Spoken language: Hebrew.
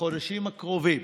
בחודשים הקרובים